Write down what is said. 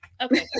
okay